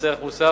מס ערך מוסף,